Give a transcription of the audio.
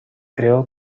creó